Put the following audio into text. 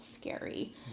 scary